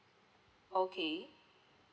okay